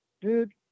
Dude